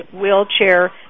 wheelchair